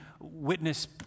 witness